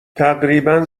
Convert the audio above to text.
تقریبا